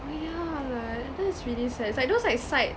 oh yeah like that's really sad it's like those like side